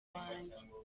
wanjye